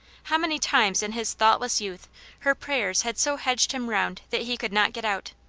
how many times in his thoughtless youth her prayers had so hedged him round that he could not get out!